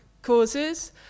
causes